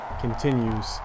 continues